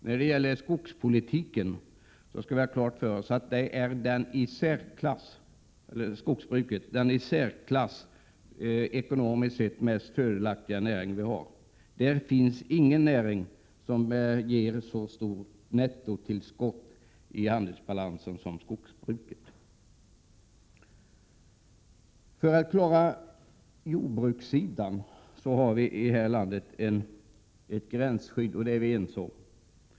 När det gäller skogspolitiken skall vi ha klart för oss att skogsbruket är den i särklass, ekonomiskt sett, mest fördelaktiga näringen som vi har. Det finns ingen annan näring som ger ett så stort nettotillskott till handelsbalansen. För att klara jordbruket har vi i det här landet ett gränsskydd, vilket vi är ense om att vi skall ha.